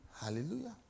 Hallelujah